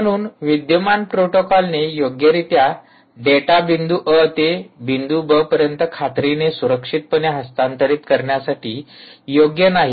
म्हणून विद्यमान प्रोटोकॉलने योग्यरित्या डेटा बिंदू अ ते बिंदू ब पर्यंत खात्रीने सुरक्षितपणे हस्तांतरित करण्यासाठी योग्य नाहीत